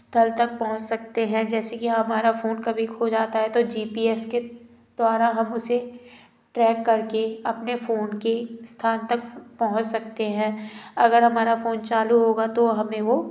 स्थल तक पहुँच सकते हैं जैसे कि हमारा फोन कभी खो जाता है तो जी पी एस के द्वारा हम उसे ट्रैक करके अपने फोन के स्थान तक पहुँच सकते हैं अगर हमारा फोन चालू होगा तो हमें वो